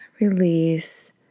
release